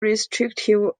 restrictive